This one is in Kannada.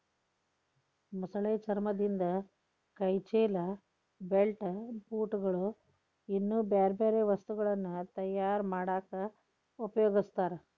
ಮೊಸಳೆ ಚರ್ಮದಿಂದ ಕೈ ಚೇಲ, ಬೆಲ್ಟ್, ಬೂಟ್ ಗಳು, ಇನ್ನೂ ಬ್ಯಾರ್ಬ್ಯಾರೇ ವಸ್ತುಗಳನ್ನ ತಯಾರ್ ಮಾಡಾಕ ಉಪಯೊಗಸ್ತಾರ